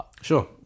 sure